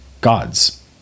gods